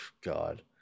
God